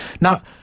Now